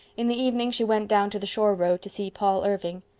in the evening she went down to the shore road to see paul irving.